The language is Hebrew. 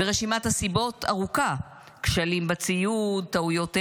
ורשימת הסיבות ארוכה: כשלים בציוד, טעויות אנוש,